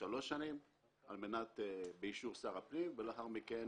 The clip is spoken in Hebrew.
לשלוש שנים באישור שר הפנים ולאחר מכן